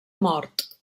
mort